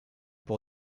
pour